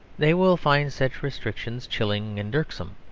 they will find such restrictions chilling and irksome.